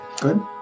good